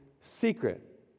secret